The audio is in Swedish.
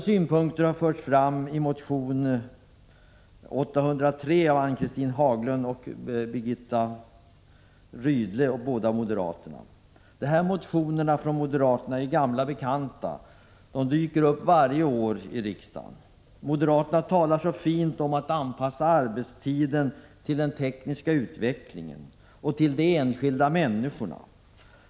De här motionerna från moderaterna är gamla bekanta som dyker upp varje år i riksdagen. Moderaterna talar så fint om att anpassa arbetstiderna till den tekniska utvecklingen och till de enskilda människorna.